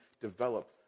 develop